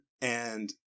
and-